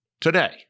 today